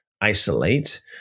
Isolate